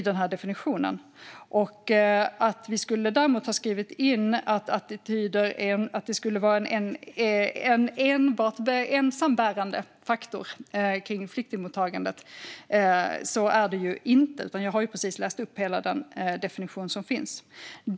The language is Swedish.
Det är inte så att vi har skrivit in att attityder är en ensambärande faktor kring flyktingmottagandet, utan jag har precis läst upp hela den definition som finns.